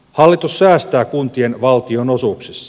hallitus säästää kuntien valtionosuuksissa